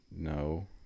No